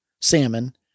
salmon